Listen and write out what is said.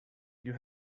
you